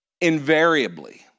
invariably